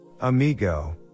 amigo